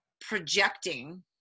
projecting